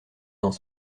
dans